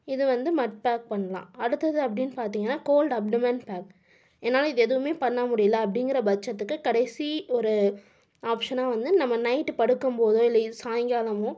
இது வந்து mud pack பண்ணலாம் அடுத்தது அப்படீன்னு பார்த்தீங்கன்னா கோல்ட் அப்டமன் பேக் என்னால் இது எதுவும் பண்ண முடியலை அப்படீங்கிற பட்சத்துக்கு கடைசி ஒரு ஆப்ஷனாக வந்து நம்ம நைட்டு படுக்கும்போதோ இல்லை சாயங்காலமோ